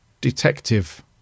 detective